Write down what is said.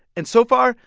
and so far,